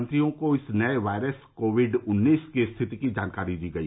मंत्रियों को इस नये वायरस कोविड उन्नीस की स्थिति की जानकारी दी गई